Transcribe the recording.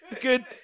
Good